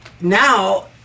now